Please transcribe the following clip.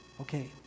Okay